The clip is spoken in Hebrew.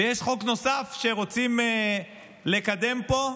ויש חוק נוסף שרוצים לקדם פה,